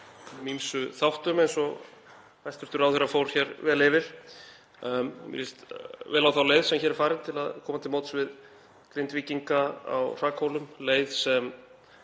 ýmsum þáttum, eins og hæstv. ráðherra fór hér vel yfir. Mér líst vel á þá leið sem hér er farin til að koma til móts við Grindvíkinga á hrakhólum, leið sem